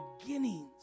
beginnings